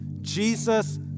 Jesus